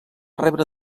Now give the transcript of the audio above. rebre